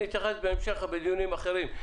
נתייחס לזה בדיונים אחרים.